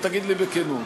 ותגיד לי בכנות: